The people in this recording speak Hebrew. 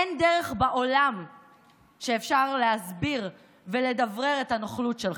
אין דרך בעולם שאפשר להסביר ולדברר את הנוכלות שלך.